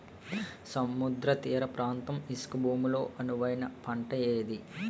సముద్ర తీర ప్రాంత ఇసుక భూమి లో అనువైన పంట ఏది?